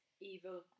Evil